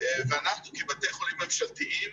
ואנחנו כבתי חולים ממשלתיים